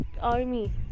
army